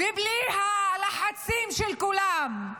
ובלי הלחצים של כולם,